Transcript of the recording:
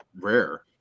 rare